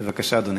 בבקשה, אדוני.